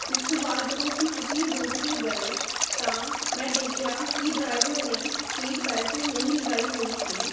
ਉਸ ਤੋਂ ਬਾਅਦ ਜਦੋਂ ਅਸੀਂ ਕੁਝ ਹੀ ਦੂਰੀ 'ਤੇ ਗਏ ਤਾਂ ਮੈਂ ਦੇਖਿਆ ਕਿ ਡਰਾਈਵਰ ਨੇ ਸੀਟ ਬੈਲਟ ਨਹੀਂ ਲਗਾਈ ਹੋਈ ਸੀ